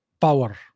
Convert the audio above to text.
power